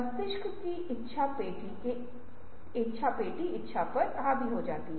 ताकि संगठन में रचनात्मकता के लिए इसे बढ़ावा मिल सके